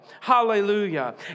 Hallelujah